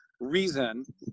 reason